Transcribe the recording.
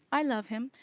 i love him.